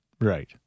right